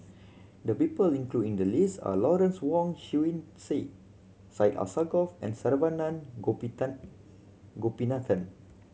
the people included in the list are Lawrence Wong Shyun Tsai Syed Alsagoff and Saravanan Gopinathan